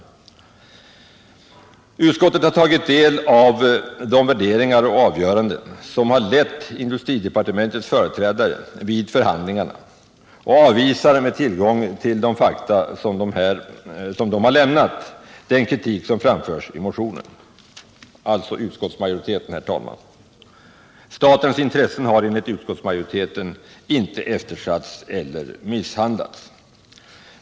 Utskottsmajoriteten har tagit del av de värderingar och avgöranden som har lett industridepartementets företrädare vid förhandlingarna och avvisar, med tillgång till de fakta som dessa lämnat, den kritik som framförs i motionen. Statens intressen har enligt utskottsmajoriteten inte eftersatts eller misshandlats.